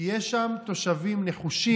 כי יש שם תושבים נחושים,